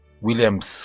williams